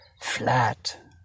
flat